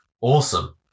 Awesome